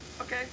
Okay